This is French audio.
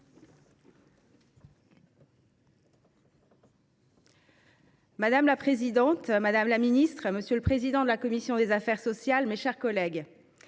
Madame la présidente, madame la ministre, monsieur le président de la commission des affaires sociales, madame la